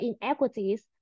inequities